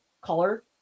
color